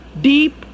deep